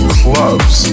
clubs